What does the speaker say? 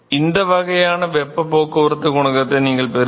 இந்த வகையான வெப்பப் போக்குவரத்து குணகத்தை நீங்கள் பெறுவீர்கள்